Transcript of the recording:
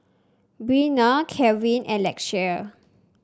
Bynum Kevan and Lakeshia